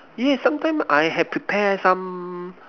yes sometime I have prepare some